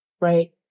right